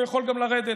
הוא יכול גם לרדת,